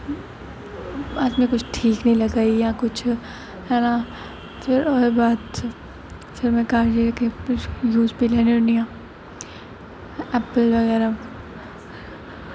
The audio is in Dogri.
अज्ज में किश ठीक निं लग्गा दी आं किश होना ते ओह्दे बाद फिर में घर जाइयै यूस पी लैन्नी होन्नी आं आपें बगैरा